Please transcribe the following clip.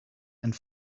and